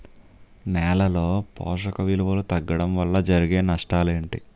నేలలో పోషక విలువలు తగ్గడం వల్ల జరిగే నష్టాలేంటి?